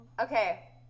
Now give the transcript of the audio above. Okay